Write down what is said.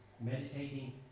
meditating